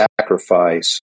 sacrifice